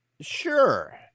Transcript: Sure